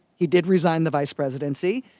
he did resign the vice presidency.